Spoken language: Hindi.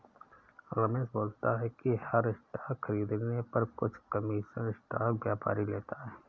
रमेश बोलता है कि हर स्टॉक खरीदने पर कुछ कमीशन स्टॉक व्यापारी लेता है